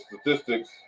statistics